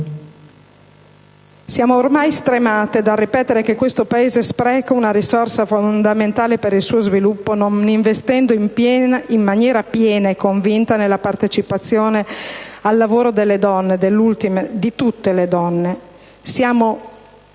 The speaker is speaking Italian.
Siamo ormai stremate dal ripetere che questo Paese spreca una risorsa fondamentale per il suo sviluppo non investendo in maniera piena e convinta nella partecipazione al lavoro delle donne, di tutte le donne. Siamo